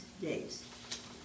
days